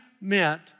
meant